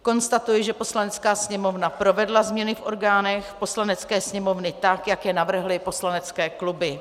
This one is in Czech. Konstatuji, že Poslanecká sněmovna provedla změny v orgánech Poslanecké sněmovny tak, jak je navrhly poslanecké kluby.